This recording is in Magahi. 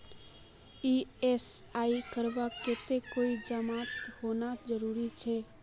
ई.एम.आई करवार केते कोई जमानत होना जरूरी छे?